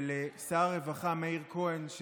ולשר הרווחה מאיר כהן,